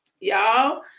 Y'all